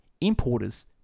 importers